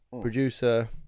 producer